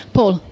Paul